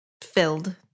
filled